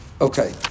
Okay